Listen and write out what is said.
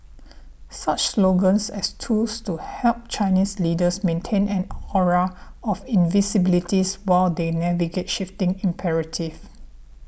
such slogans as tools to help Chinese leaders maintain an aura of invincibilities while they navigate shifting imperative